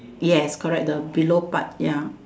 yes correct the below part ya